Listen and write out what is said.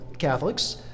Catholics